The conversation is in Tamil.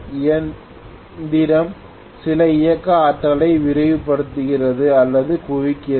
இயந்திரம் சில இயக்க ஆற்றலை விரைவுபடுத்துகிறது அல்லது குவிக்கிறது